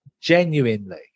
genuinely